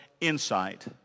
insight